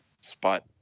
Spot